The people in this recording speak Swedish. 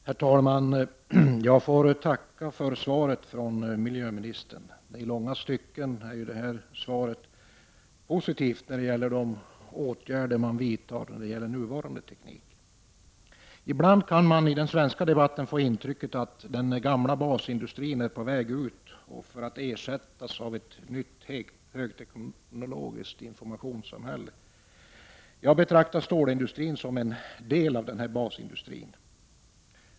Herr talman! Jag får tacka miljöministern för svaret. I långa stycken är svaret positivt när det gäller de åtgärder som vidtas beträffande nuvarande teknik. Ibland kan man av den svenska debatten få intrycket att den gamla basindustrin är på väg ut för att ersättas av ett nytt högteknologiskt informationssamhälle. Jag betraktar stålindustrin som en del av den gamla basindustrin.